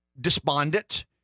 despondent